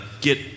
get